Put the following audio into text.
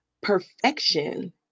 perfection